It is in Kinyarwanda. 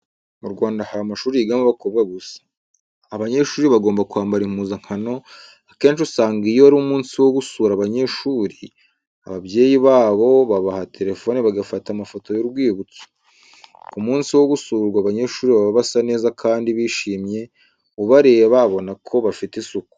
Mu Rwanda hari amashuri yigamo abakobwa gusa. Abanyeshuri bagomba kwambara impuzankano, akenshi usanga iyo ari umunsi wo gusura abanyeshuri; ababyeyi babo babaha telefone bagafata amafoto y'urwibutso. Ku munsi wo gusurwa abanyeshuri baba basa neza kandi bishimye, ubareba abonako bafite isuku.